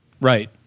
Right